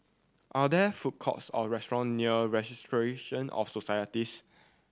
are there food courts or restaurant near of Societies